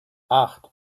acht